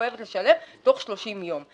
חברת ביטוח מחויבת לשלם תוך 30 יום.